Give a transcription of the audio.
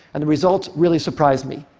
and the results really surprised me.